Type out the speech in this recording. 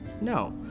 No